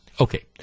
Okay